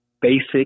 basic